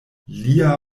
lia